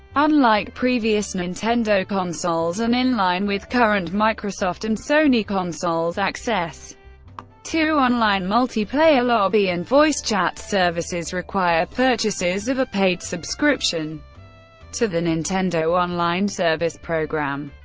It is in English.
unlike previous nintendo consoles, and in line with current microsoft and sony consoles, access to online multiplayer, lobby, and voice chat services require purchases of a paid subscription to the nintendo online service program.